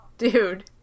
Dude